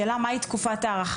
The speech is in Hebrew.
השאלה מה היא תקופת הארכה.